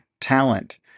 talent